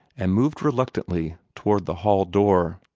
and moved reluctantly toward the hall door.